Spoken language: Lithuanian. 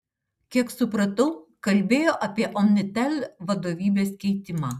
kiek supratau kalbėjo apie omnitel vadovybės keitimą